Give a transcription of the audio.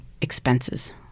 expenses